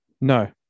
No